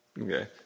Okay